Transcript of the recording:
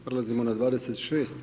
Prelazimo na 26.